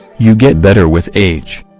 you get better with age'